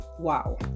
wow